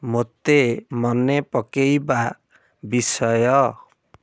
ମୋତେ ମନେ ପକେଇବା ବିଷୟ